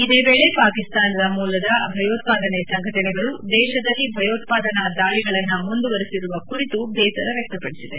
ಇದೇ ವೇಳಿ ಪಾಕಿಸ್ತಾನ ಮೂಲದ ಭಯೋತ್ವಾದನೆ ಸಂಘಟನೆಗಳು ದೇಶದಲ್ಲಿ ಭಯೋತ್ವಾದನಾ ದಾಳಿಗಳನ್ನು ಮುಂದುವರಿಸಿರುವ ಕುರಿತು ಬೇಸರ ವ್ಯಕ್ತಪಡಿಸಿದೆ